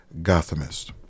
Gothamist